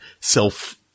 self-